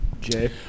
Jay